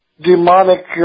demonic